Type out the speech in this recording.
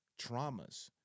traumas